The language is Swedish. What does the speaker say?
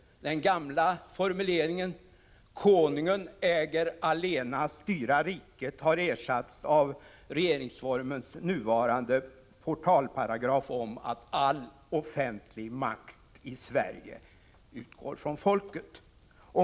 Den gamla formuleringen ”Konungen äger att allena äga styra riket” har ersatts av regeringsformens nuvarande portalparagraf om att all offentlig makt i Sverige utgår från folket.